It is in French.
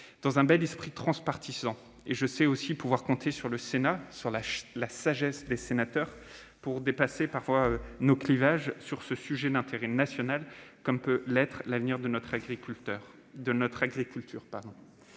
dans un bel esprit transpartisan. Je sais pouvoir aussi compter sur le Sénat et la sagesse des sénateurs pour dépasser les clivages sur ce sujet d'intérêt national que constitue l'avenir de notre agriculture.